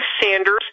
Sanders